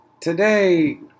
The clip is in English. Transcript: today